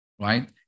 right